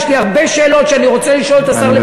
יש לי הרבה שאלות שאני רוצה לשאול את השר לביטחון פנים,